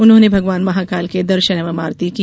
उन्होंने भगवान महाकाल के दर्शन एवं आरती की